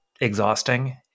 exhausting